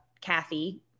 Kathy